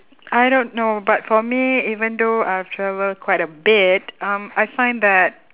I don't know but for me even though I've travel quite a bit um I find that